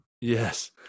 Yes